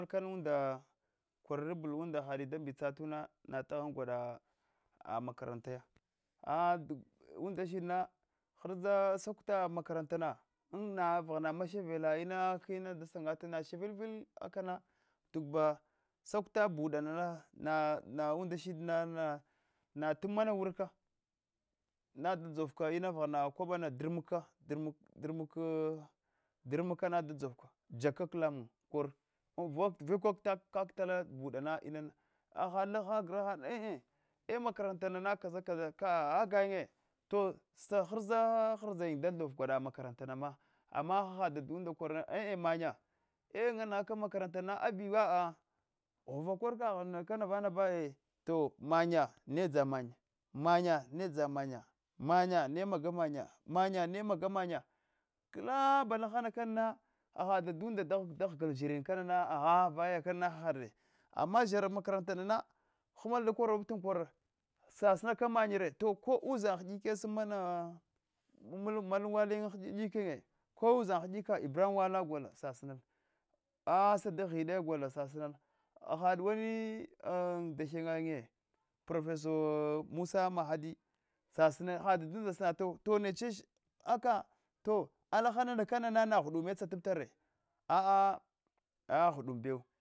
Kakdakans unda kwaranfal unda hadi dara mbitzatuna na tghan gwada makarantayi a dusa unda shidna hiza suku ta makarantana anna vaghana mashavda in aka hina dasandatana mashavitkvil a kana duba sakuta bada nana nan a undashidna na natuum mana wurka naf dzovka ina va kwabana daznka dnuk drmkana da dzovka jakka kag alan lemun tu kor uvta uvala vakwek kak tala tabu dama inana hahad laha grahad na e e makarantana nana kasa kasa ka aka gayinnye to saghiza ghrzayin da thov gwada makarantarana amma hahad dad unda korna e e mannye ena nghaka makarantana agiba a ghuva kor kaghuna kana van aba e mannya nedza mannya mannya nsdza mannya negaga mannye mannya maga mammya kalaba lahana kanana hahad dadunde nda ghglfa zhrine kama agha vaya kanana hahad re ama zhara makarantana kamana hamal da kora klhtan kora sasina ka many re to ko ushina ha hadika sb mannya malan waliyin hidika yin ko ushian hadika ibrahim wala gol sasina a sadiq ahide gol sasina hahad wani dahenyayin professor musa mahaadi sasina hada dun sanata sto neche aka to alahanda kanana na ghudu mma tsataptare a’a ghugum bau